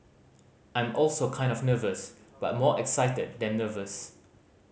I'm also kind of nervous but more excited than nervous